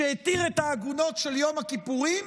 שהתיר את העגונות של יום הכיפורים,